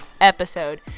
episode